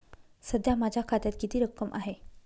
सध्या माझ्या खात्यात किती रक्कम आहे?